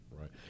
Right